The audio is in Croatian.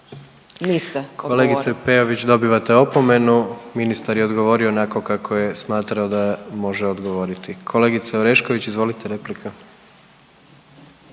Kolegice Peović, dobivate opomenu. Ministar je odgovorio onako kako je smatrao da može odgovoriti. Kolegice Orešković, izvolit, replika.